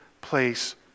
place